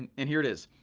and here it is,